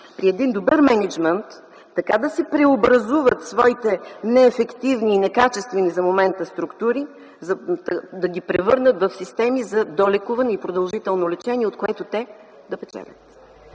при един добър мениджмънт така да си преобразуват своите неефективни и некачествени за момента структури, та да ги превърнат в системи за долекуване и продължително лечение, от което те да печелят.